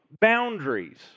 boundaries